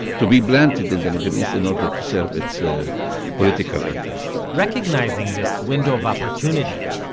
to be planted in the middle east in order to serve its ah political interests recognizing this window of opportunity,